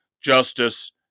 justice